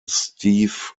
steve